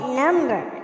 number